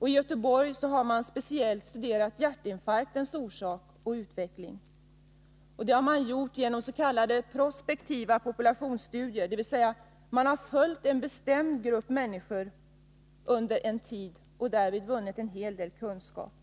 I Göteborg har man speciellt studerat hjärtinfarktens orsak och utveckling. Det har man gjort genom s.k. prospektiva populationsstudier, dvs. man har undersökt en bestämd grupp människor. Därmed har man vunnit en hel del kunskap.